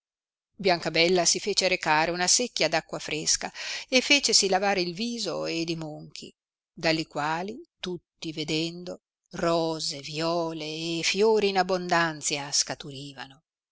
povertà biancabella si fece recare una secchia d acqua fresca e fecesi lavare il viso ed i monchi dalli quali tutti vedendo rose viole e fiori in abondanzia scaturivano